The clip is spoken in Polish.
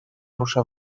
rusza